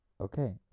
Okay